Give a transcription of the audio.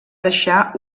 deixar